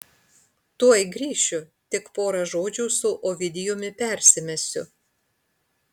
tuoj grįšiu tik pora žodžių su ovidijumi persimesiu